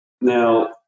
Now